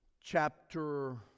chapter